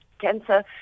cancer